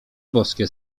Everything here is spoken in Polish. boskie